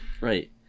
Right